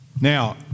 Now